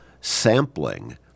sampling